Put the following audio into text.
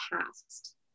past